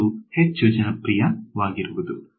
ಆದ್ದರಿಂದ ಇದು ಹೆಚ್ಚು ಜನಪ್ರಿಯವಾಗಿರುವುದು